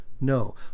No